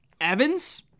Evans